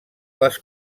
les